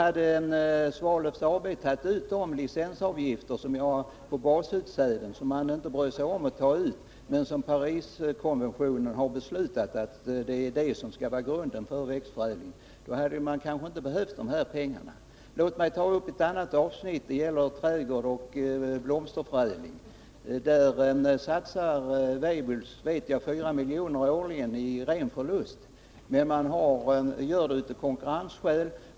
Hade Svalöf AB tagit ut de licensavgifter på basutsäde som man inte bryr sig om att ta ut men som enligt Pariskonventionen skall vara grunden för växtförädlingen, hade företaget kanske inte behövt några statliga pengar. Låt mig ta upp ett annat avsnitt, nämligen trädgårdsoch blomsterförädling. På det området satsar Weibulls på verksamhet som går med 4 milj.kr. i ren förlust. Man gör det av konkurrensskäl.